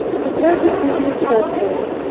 compared to previous surveys,